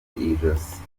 ijosi